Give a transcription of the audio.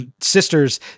Sisters